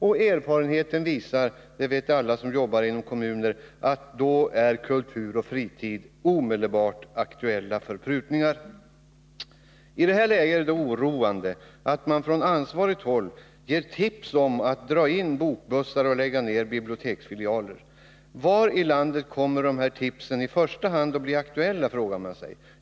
Alla som arbetar i kommunal verksamhet vet av egen erfarenhet att kulturoch fritidsverksamhet under sådana förhållanden omedelbart blir aktuella för prutningar. I detta läge är det verkligen oroande att man nu från ansvarigt håll ger tips om att bokbussar kan dras in och biblioteksfilialer läggas ner. Var i landet kommer, frågar man sig, dessa tips att i första hand bli aktuella?